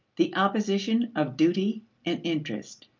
the opposition of duty and interest.